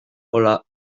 hola